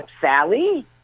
Sally